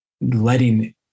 letting